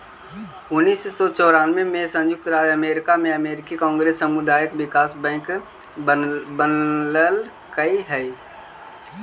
उन्नीस सौ चौरानबे में संयुक्त राज्य अमेरिका में अमेरिकी कांग्रेस सामुदायिक विकास बैंक बनवलकइ हई